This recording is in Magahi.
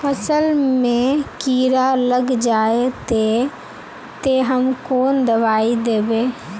फसल में कीड़ा लग जाए ते, ते हम कौन दबाई दबे?